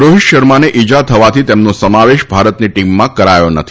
રોહિત શર્માને ઇજા થવાથી તેમનો સમાવેશ ભારતની ટીમમાં કરાયો નથી